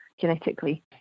genetically